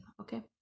Okay